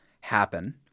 happen